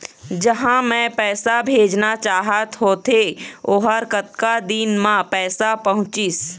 जहां मैं पैसा भेजना चाहत होथे ओहर कतका दिन मा पैसा पहुंचिस?